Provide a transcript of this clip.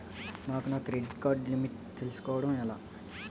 నాకు నా credit card limit తెలుసుకోవడం ఎలా?